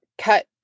cut